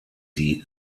sie